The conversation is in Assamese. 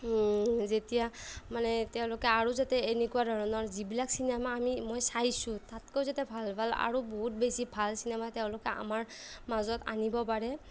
যেতিয়া মানে তেওঁলোকে আৰু যাতে এনেকুৱা ধৰণৰ যিবিলাক চিনেমা আমি মই চাইছোঁ তাতকৈও যাতে ভাল ভাল আৰু বহুত বেছি ভাল চিনেমা তেওঁলোকে আমাৰ মাজত আনিব পাৰে